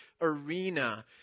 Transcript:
arena